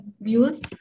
views